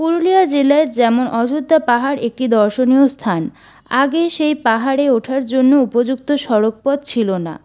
পুরুলিয়া জেলার যেমন অযোধ্যা পাহাড় একটি দর্শনীয় স্থান আগে সেই পাহাড়ে ওঠার জন্য উপযুক্ত সড়কপথ ছিল না